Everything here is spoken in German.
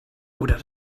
oder